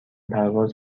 پرواز